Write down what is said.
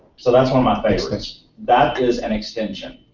so that's one of my favorites. that is an extension.